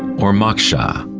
or moksha.